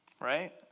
right